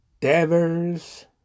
Devers